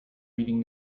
reading